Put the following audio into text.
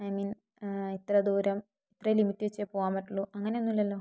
I mean ഇത്ര ദൂരം ഇത്ര ലിമിറ്റ് വച്ചേ പോകാൻ പറ്റുള്ളൂ അങ്ങനെയൊന്നുമില്ലല്ലോ